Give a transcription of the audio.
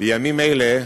בימים אלה,